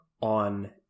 on